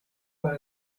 what